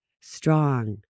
strong